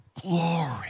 glory